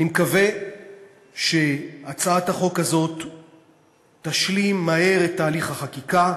אני מקווה שהצעת החוק הזאת תשלים מהר את תהליך החקיקה,